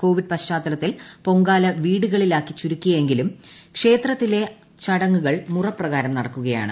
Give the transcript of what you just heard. Covid പശ്ചാത്തലത്തിൽ പൊങ്കാല വീടുകളിലാക്കി ചുരുക്കിയെങ്കിലും ക്ഷേത്രത്തിലെ ചടങ്ങുകൾ മുറപ്രകാരം നടക്കുകയാണ്